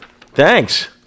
thanks